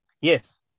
Yes